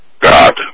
God